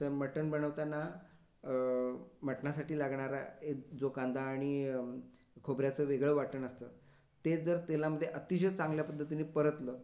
तर मटण बनवताना मटणासाठी लागणारा जो कांदा आणि खोबऱ्याचं वेगळं वाटण असतं ते जर तेलामध्ये अतिशय चांगल्या पद्धतीने परतलं